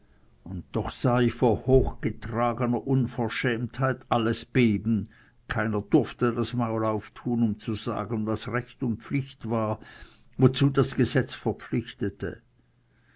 und doch sah ich vor hochgetragener unverschämtheit alles beben und keiner durfte das maul auftun um zu sagen was recht und pflicht war wozu das gesetz verpflichtete